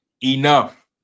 enough